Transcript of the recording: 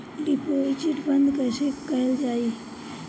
Deposit बंद कैसे कैल जाइ?